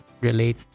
relate